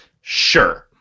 Sure